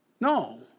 No